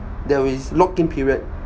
there w~ is lock in period